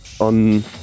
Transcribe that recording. on